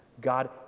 God